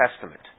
Testament